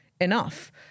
enough